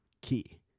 key